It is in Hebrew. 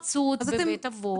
התפרצות בבית אבות שאנחנו רואים.